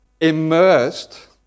immersed